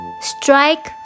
Strike